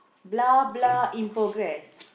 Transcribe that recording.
blah blah in progress